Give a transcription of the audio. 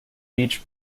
beach